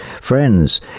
Friends